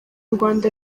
rwanda